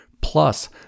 plus